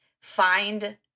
find